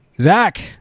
Zach